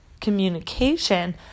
communication